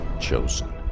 chosen